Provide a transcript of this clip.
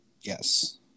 Yes